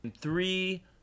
three